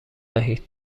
وحید